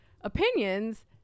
opinions